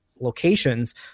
locations